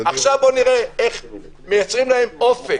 עכשיו נראה איך מייצרים להם אופק,